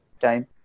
time